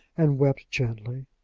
and wept gently.